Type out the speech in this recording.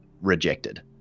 rejected